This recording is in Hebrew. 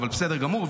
אבל בסדר גמור,